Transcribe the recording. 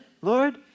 Lord